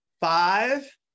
Five